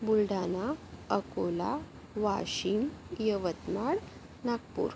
Buldhana Akola Washim Yavatmal Nagpur